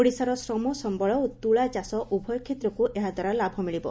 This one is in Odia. ଓଡ଼ିଶାର ଶ୍ରମ ସମ୍ମଳ ଓ ତୁଳା ଚାଷ ଉଭୟ କ୍ଷେତ୍ରକୁ ଏହାଦ୍ୱାରା ଲାଭ ମିଳିବ